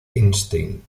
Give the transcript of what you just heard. einstein